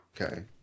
Okay